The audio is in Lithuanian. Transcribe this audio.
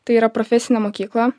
tai yra profesinė mokykla